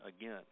again